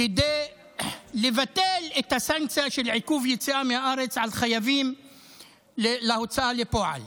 כדי לבטל את הסנקציה של עיכוב יציאה מהארץ לחייבים להוצאה לפועל.